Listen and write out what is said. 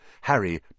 Harry